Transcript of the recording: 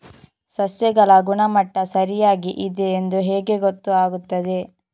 ಸಸ್ಯಗಳ ಗುಣಮಟ್ಟ ಸರಿಯಾಗಿ ಇದೆ ಎಂದು ಹೇಗೆ ಗೊತ್ತು ಆಗುತ್ತದೆ?